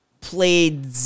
played